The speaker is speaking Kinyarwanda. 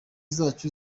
zacu